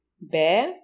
bear